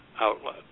outlet